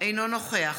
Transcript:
אינו נוכח